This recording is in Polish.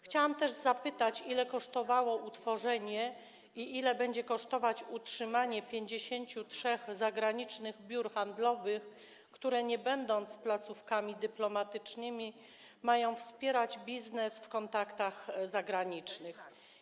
Chciałam też zapytać, ile kosztowało utworzenie i ile będzie kosztować utrzymanie 53 zagranicznych biur handlowych, które nie będąc placówkami dyplomatycznymi, mają wspierać biznes w kontaktach zagranicznych.